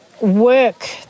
work